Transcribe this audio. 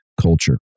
culture